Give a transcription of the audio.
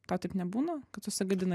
tau taip nebūna kad susigadina